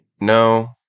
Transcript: no